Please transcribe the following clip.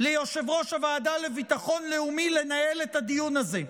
ליושב-ראש הוועדה לביטחון לאומי לנהל את הדיון הזה?